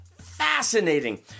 fascinating